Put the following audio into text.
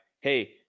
hey